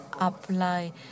apply